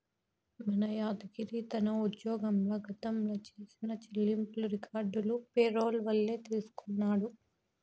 మన యాద్గిరి తన ఉజ్జోగంల గతంల చేసిన చెల్లింపులు రికార్డులు పేరోల్ వల్లే తెల్సికొన్నాడు